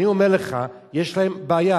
אני אומר לך, יש להם בעיה.